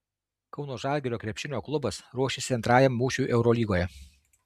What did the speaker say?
kauno žalgirio krepšinio klubas ruošiasi antrajam mūšiui eurolygoje